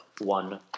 one